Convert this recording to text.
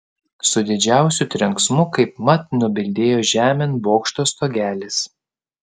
su didžiausiu trenksmu kaip mat nubildėjo žemėn bokšto stogelis